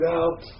out